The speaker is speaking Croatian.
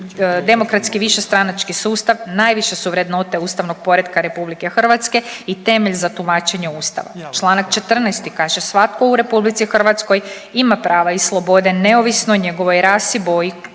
demokratski višestranački sustav, najviše su vrednote ustavnog poretka RH i temelj za tumačenje ustava. Čl. 14. kaže, svatko u RH ima prava i slobode neovisno o njegovoj rasi, boji